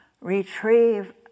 retrieve